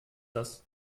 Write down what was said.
das